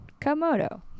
Komodo